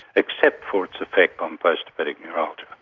except for its effect on postherpetic neuralgia.